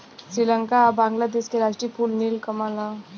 श्रीलंका आ बांग्लादेश के राष्ट्रीय फूल नील कमल ह